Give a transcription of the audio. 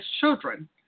children